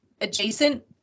adjacent